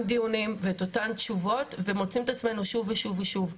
דיונים ואת אותן תשובות ומוצאים את עצמנו שוב ושוב ושוב.